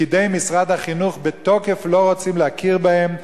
ופקידי משרד החינוך בתוקף לא רוצים להכיר בהם.